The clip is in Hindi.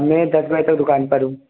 मैं दस बजे तक दुकान पर हूँ